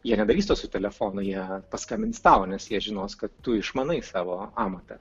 jie nedarys to su telefonu jie paskambins tau nes jie žinos kad tu išmanai savo amatą